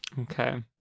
okay